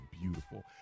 beautiful